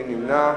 מי נמנע?